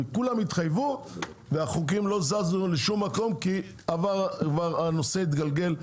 כולם התחייבו והחוקים לא זזו לשום מקום כי עבר והנושא התגלגל,